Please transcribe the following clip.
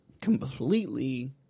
completely